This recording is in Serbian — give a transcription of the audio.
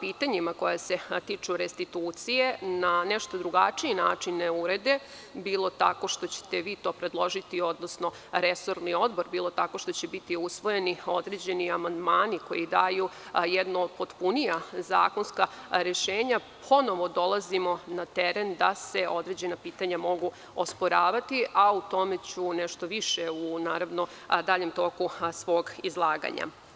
pitanjima koja se tiču restitucije na nešto drugačiji način ne urede, bilo tako što ćete vi predložiti, odnosno resorni odbor, bilo tako što će biti usvojeni određeni amandmani koji daju jedna potpunija zakonska rešenja, ponovo dolazimo na teret da se određena pitanja mogu osporavati, a o tome ću nešto više u naravno daljem toku svog izlaganja.